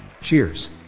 Cheers